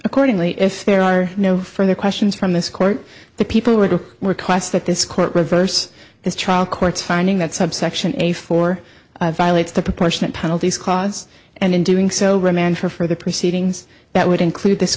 accordingly if there are no further questions from this court the people who are to request that this court reverse this trial court's finding that subsection a for violates the proportionate penalties cause and in doing so remand for further proceedings that would include this